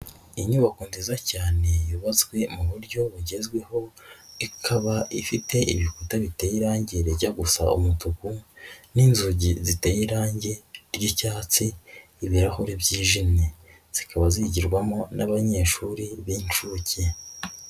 Inyubako nziza cyane yubatswe mu buryo bugezweho, ikaba ifite ibikuta biteye irangi rijya gusa umutuku, n'inzugi ziteye irangi ry'icyatsi, ibirahuri byijimye, zikaba zigirwamo n'abanyeshuri b'inshuke.